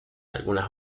algunas